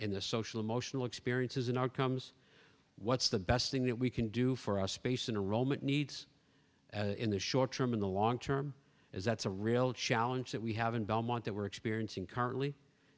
and their social emotional experiences in our comes what's the best thing that we can do for our space in a roman needs in the short term in the long term as that's a real challenge that we have in belmont that we're experiencing currently